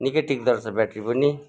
निकै टिक्दो रहेछ ब्याट्री पनि